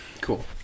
Cool